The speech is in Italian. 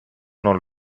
non